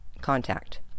contact